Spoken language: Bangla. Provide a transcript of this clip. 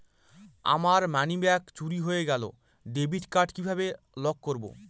আমার মানিব্যাগ চুরি হয়ে গেলে ডেবিট কার্ড কিভাবে লক করব?